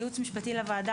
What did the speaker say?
כייעוץ משפטי לוועדה,